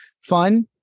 fun